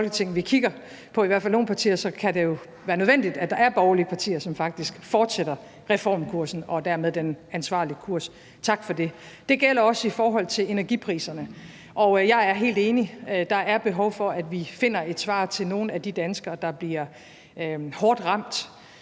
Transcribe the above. vi kigger på – i hvert fald nogle partier – så kan det jo være nødvendigt, at der er borgerlige partier, som faktisk fortsætter reformkursen og dermed den ansvarlige kurs. Tak for det. Det gælder også i forhold til energipriserne. Og jeg er helt enig. Der er behov for, at vi finder et svar til nogle af de danskere, der bliver hårdt ramt